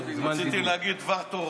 רציתי להגיד דבר תורה